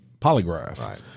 polygraph